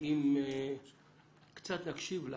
שאם קצת נקשיב לה,